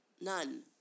none